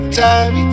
time